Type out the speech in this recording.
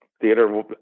theater